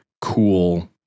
cool